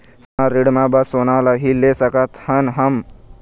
सोना ऋण मा बस सोना ला ही ले सकत हन हम?